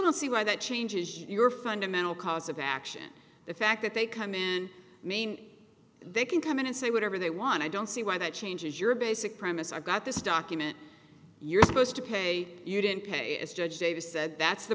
don't see why that changes your fundamental cause of action the fact that they come in mean they can come in and say whatever they want i don't see why that changes your basic premise i got this document you're supposed to pay you didn't pay as judge davis said that's the